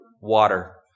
Water